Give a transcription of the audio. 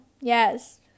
yes